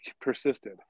persisted